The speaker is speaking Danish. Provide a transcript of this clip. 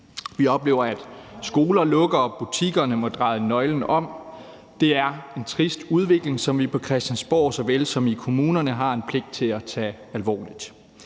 Vi oplever, at skolerne lukker, og at butikkerne må dreje nøglen om, og det er en trist udvikling, som vi her på Christiansborg såvel som i kommunerne har en pligt til at tage alvorligt.